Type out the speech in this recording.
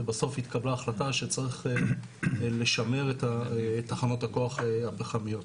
ובסוף התקבלה החלטה שצריך לשמר את תחנות הכוח הפחמיות.